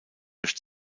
durch